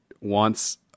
wants